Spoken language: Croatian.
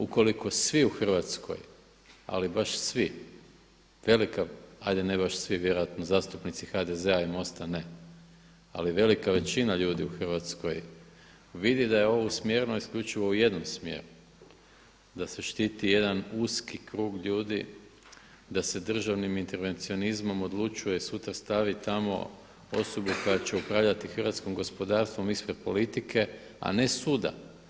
Ukoliko svi u Hrvatskoj ali baš svi, velika, ajde ne baš svi, vjerojatno zastupnici HDZ-a ne ali velika većina ljudi u Hrvatskoj vidi da je ovo usmjereno isključivo u jednom smjeru, da se štiti jedan uski krug ljudi i da se državnim intervencionizmom odlučuje sutra staviti tamo osobu koja će upravljati hrvatskim gospodarstvom ispred politike a ne suda.